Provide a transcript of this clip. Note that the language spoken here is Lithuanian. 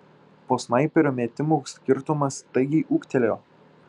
po snaiperio metimų skirtumas staigiai ūgtelėjo